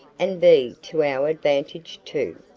and be to our advantage, too.